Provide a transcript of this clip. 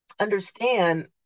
understand